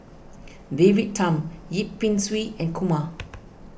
David Tham Yip Pin Xiu and Kumar